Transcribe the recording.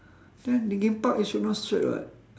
then linkin park you should know suede [what]